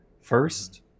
first